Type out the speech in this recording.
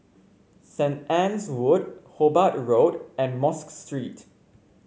Saint Anne's Wood Hobart Road and Mosque Street